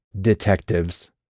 detectives